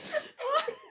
I think